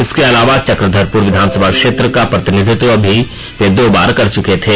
इसके अलावा चक्रधरपुर विधानसभा क्षेत्र का प्रतिनिधित्व भी वे दो बार कर चुके थे